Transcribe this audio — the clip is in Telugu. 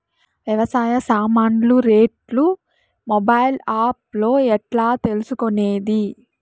వ్యవసాయ సామాన్లు రేట్లు మొబైల్ ఆప్ లో ఎట్లా తెలుసుకునేది?